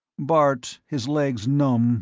bart, his legs numb,